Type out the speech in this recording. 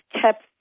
kept